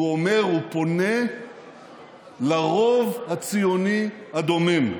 הוא פונה לרוב הציוני הדומם.